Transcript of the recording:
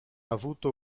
avuto